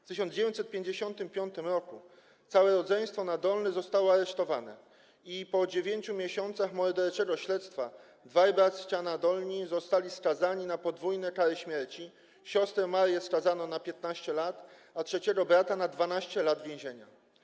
W 1955 r. całe rodzeństwo Nadolnych zostało aresztowane i po 9 miesiącach morderczego śledztwa dwaj bracia Nadolni zostali skazani na podwójne kary śmierci, siostrę Marię skazano na 15 lat, a trzeciego brata na 12 lat więzienia.